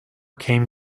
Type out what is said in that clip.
came